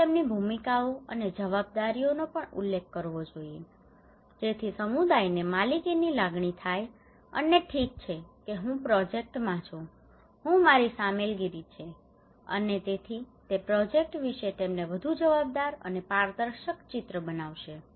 તેથી તેમની ભૂમિકાઓ અને જવાબદારીઓનો પણ ઉલ્લેખ કરવો જોઈએ જેથી સમુદાયને માલિકીની લાગણી થાય અને ઠીક છે કે હું પ્રોજેક્ટમાં છું આ મારી સામેલગીરી છે અને તેથી તે પ્રોજેક્ટ વિશે તેમને વધુ જવાબદાર અને પારદર્શક ચિત્ર બનાવશે